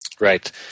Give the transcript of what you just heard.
Right